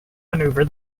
maneuver